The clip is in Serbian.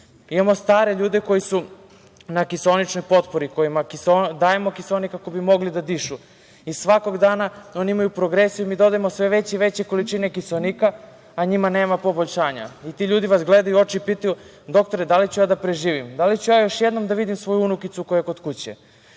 Imamo stare ljude koji su na kiseoničnoj potpori, kojima dajemo kiseonik kako bi mogli da dišu. Svakog dana oni imaju progresiju i mi dodajemo sve veće i veće količine kiseonika, a njima nema poboljšanja. Ti ljudi vas gledaju u oči i pitaju – doktore da li ću ja da preživim, da li ću ja još jednom da vidim svoju unukicu koja je kod kuće?